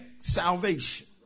salvation